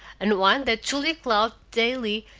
and one that julia cloud daily,